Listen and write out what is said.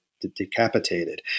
decapitated